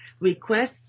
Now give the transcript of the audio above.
requests